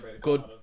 Good